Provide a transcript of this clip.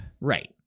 Right